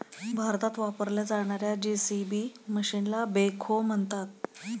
भारतात वापरल्या जाणार्या जे.सी.बी मशीनला बेखो म्हणतात